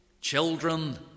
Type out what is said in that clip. children